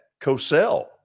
Cosell